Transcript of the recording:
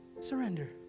Surrender